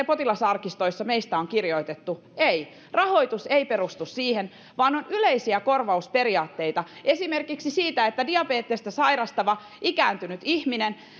potilasarkistoissa on kirjoitettu ei rahoitus ei perustu siihen vaan on yleisiä korvausperiaatteita esimerkiksi siitä että diabetesta sairastava ikääntynyt ihminen